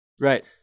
Right